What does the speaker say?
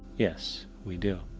yes, we do.